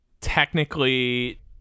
technically